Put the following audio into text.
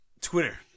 Twitter